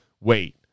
wait